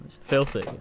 filthy